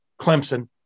Clemson